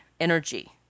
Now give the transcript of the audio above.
energy